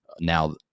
now